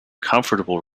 comfortable